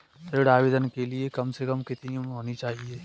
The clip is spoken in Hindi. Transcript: ऋण आवेदन के लिए कम से कम कितनी उम्र होनी चाहिए?